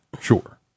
sure